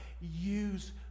use